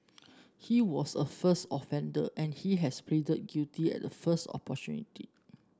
he was a first offender and he has pleaded guilty at the first opportunity